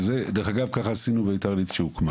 דרך אגב ככה עשינו כשביתר עלית הוקמה.